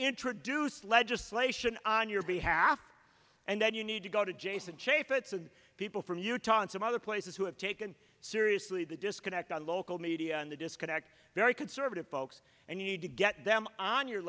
introduce legislation on your behalf and then you need to go to jason chaffetz and people from utah and some other places who have taken seriously the disconnect on local media and the disconnect very conservative folks and you need to get them on your